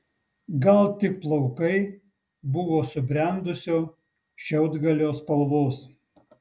gal tik plaukai buvo subrendusio šiaudgalio spalvos